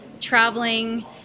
Traveling